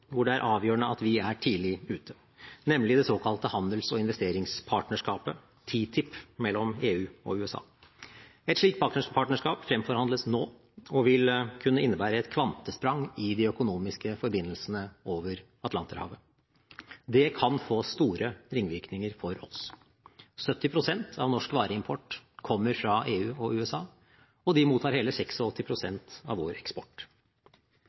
hvor det er avgjørende at vi er tidlig ute, nemlig det såkalte handels- og investeringspartnerskapet – TTIP – mellom EU og USA. Et slikt partnerskap fremforhandles nå og vil kunne innebære et kvantesprang i de økonomiske forbindelsene over Atlanterhavet. Det kan få store ringvirkninger for oss. 70 pst. av norsk vareimport kommer fra EU og USA – og de mottar hele 86 pst. av vår eksport.